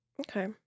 Okay